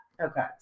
okay